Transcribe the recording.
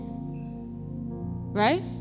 Right